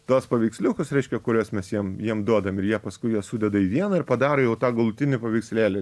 tuos paveiksliukus reiškia kuriuos mes jiem jiem duodam ir jie paskui juos sudeda į vieną ir padaro jau tą galutinį paveikslėlį